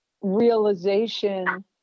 realization